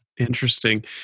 Interesting